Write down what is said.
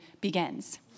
begins